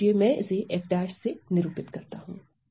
मान लीजिए मैं इसे f' से निरूपित करता हूं